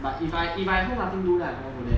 but if I if I at home nothing do I confirm go there